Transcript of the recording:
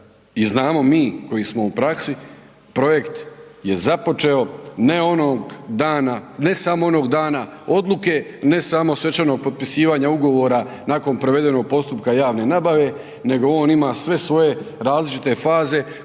i znamo mi koji smo u praksi, projekt je započeo, ne onog dana, ne samo onog dana odluke, ne samo svečanog potpisivanja ugovora nakon provedenog postupka javne nabave nego on ima sve svoje različite faze koje mogu